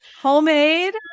homemade